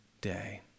day